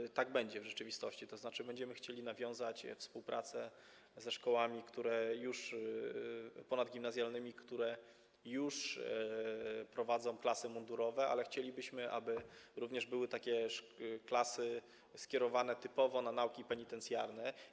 I tak będzie w rzeczywistości, tzn. będziemy chcieli nawiązać współpracę ze szkołami ponadgimnazjalnymi, które już prowadzą klasy mundurowe, ale chcielibyśmy, aby również były takie klasy skierowane typowo na nauki penitencjarne.